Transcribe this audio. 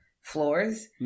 floors